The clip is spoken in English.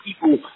people